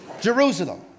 Jerusalem